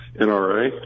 NRA